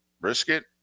brisket